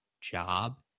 job